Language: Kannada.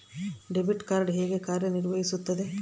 ಡೆಬಿಟ್ ಕಾರ್ಡ್ ಹೇಗೆ ಕಾರ್ಯನಿರ್ವಹಿಸುತ್ತದೆ?